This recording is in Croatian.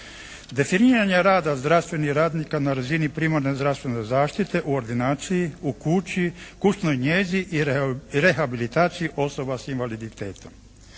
Definiranje rada zdravstvenih radnika na razini primarne zdravstvene zaštite u ordinaciji, u kući, kućnoj njezi i rehabilitaciji osoba s invaliditetom.